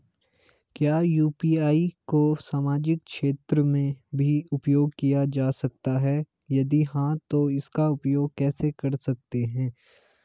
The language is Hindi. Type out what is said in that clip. क्या यु.पी.आई को सामाजिक क्षेत्र में भी उपयोग किया जा सकता है यदि हाँ तो इसका उपयोग कैसे कर सकते हैं?